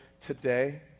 today